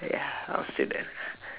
ya I'm a student